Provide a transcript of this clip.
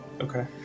Okay